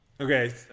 Okay